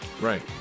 right